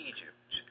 Egypt